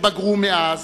שבגרו מאז,